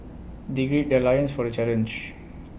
they gird their loins for the challenge